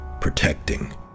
protecting